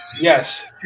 Yes